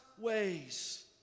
ways